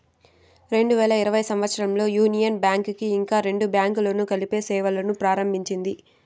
రెండు వేల ఇరవై సంవచ్చరంలో యూనియన్ బ్యాంక్ కి ఇంకా రెండు బ్యాంకులను కలిపి సేవలును ప్రారంభించింది